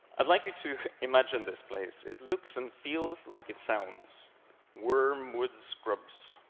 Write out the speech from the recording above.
i'd like you to imagine this place. it looks and feels like it sounds wormwood scrubs.